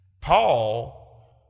Paul